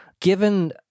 Given